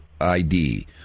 ID